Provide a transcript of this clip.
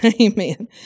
Amen